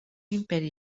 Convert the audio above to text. imperi